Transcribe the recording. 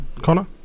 Connor